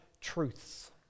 truths